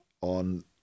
on